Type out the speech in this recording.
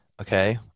okay